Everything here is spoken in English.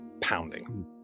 pounding